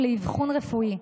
האישיים.